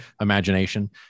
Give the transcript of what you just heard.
imagination